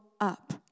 up